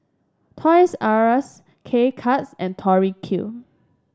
Toys R Us K Cuts and Tori Q